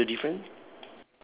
ya what's the different